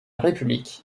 république